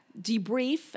debrief